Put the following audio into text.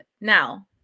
Now